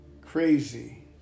crazy